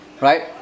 right